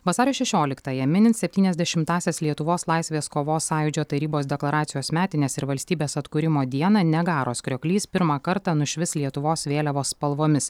vasario šešioliktąją minint septyniasdešimtąsias lietuvos laisvės kovos sąjūdžio tarybos deklaracijos metines ir valstybės atkūrimo dieną niagaros krioklys pirmą kartą nušvis lietuvos vėliavos spalvomis